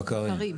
בקרים.